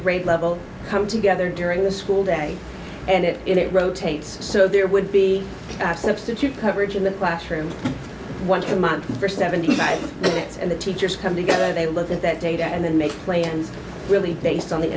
grade level come together during the school day and it it rotates so there would be acceptance you coverage in the classroom once a month for seventy five minutes and the teachers come together they look at that data and then make plans really based on the